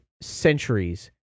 centuries